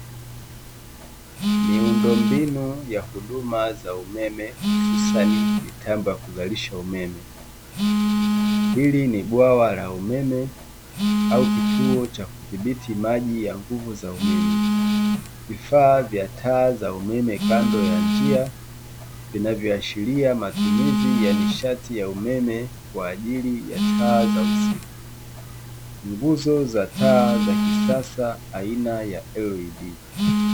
Miundombinu ya huduma za umeme hususani mitambo ya kuzalisha umeme, hili ni bwawa la umeme au kituo cha kudhibiti maji ya nguvu za umeme. Vifaa vya taa za umeme kando ya njia vinavyoashiria matumizi ya nishati ya umeme kwa ajili ya taa usiku. Nguzo za taa za kisasa aina elidi